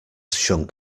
shunk